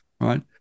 right